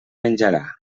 menjarà